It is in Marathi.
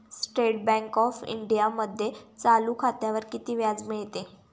स्टेट बँक ऑफ इंडियामध्ये चालू खात्यावर किती व्याज मिळते?